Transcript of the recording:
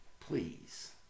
please